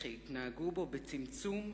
וכי יתנהגו בו בצמצום,